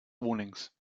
warnings